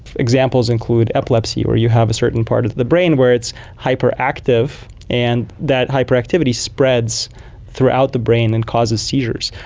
examples include epilepsy where you have a certain part of the brain where it's hyperactive and that hyperactivity spreads throughout the brain and causes seizures.